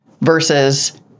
versus